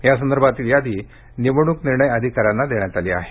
या संदर्भातील यादी निवडणूक निर्णय अधिकार्यांशना देण्यात आली आहे